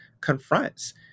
confronts